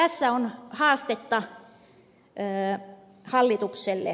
tässä on haastetta hallitukselle